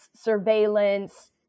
surveillance